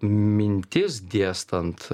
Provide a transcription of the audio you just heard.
mintis dėstant